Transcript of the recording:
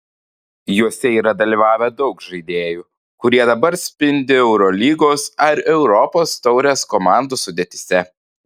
juose yra dalyvavę daug žaidėjų kurie dabar spindi eurolygos ar europos taurės komandų sudėtyse